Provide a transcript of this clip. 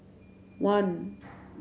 one